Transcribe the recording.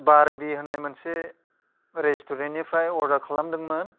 बारबि होन्नाय मोनसे रेसटुरेन्टनिफ्राय अर्डार खालामदोंमोन